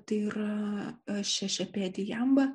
tai yra šešiapėdį jambą